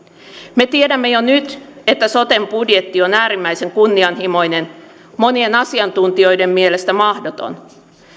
me tiedämme jo nyt että soten budjetti on äärimmäisen kunnianhimoinen monien asiantuntijoiden mielestä mahdoton